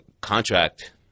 contract